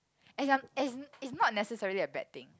as I'm as it's not necessarily a bad thing